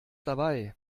dabei